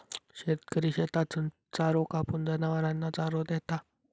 शेतकरी शेतातसून चारो कापून, जनावरांना चारो देता